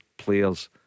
players